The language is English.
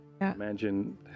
imagine